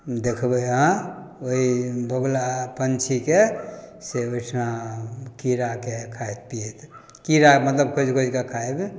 देखबै अहाँ ओहि बगुला पंछीके से ओहिठाम कीड़ाके खाइत पिएत कीड़ा मतलब खोजि खोजिकऽ खाइत